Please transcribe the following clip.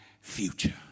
future